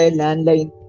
landline